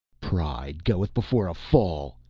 pride goeth before a fall!